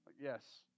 Yes